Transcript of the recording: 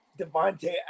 Devontae